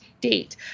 date